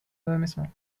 mesmin